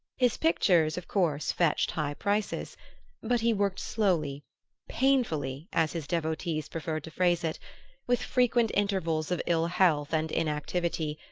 his pictures of course fetched high prices but he worked slowly painfully, as his devotees preferred to phrase it with frequent intervals of ill health and inactivity,